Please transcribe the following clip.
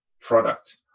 product